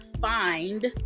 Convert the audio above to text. find